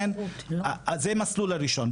זה המסלול הראשון.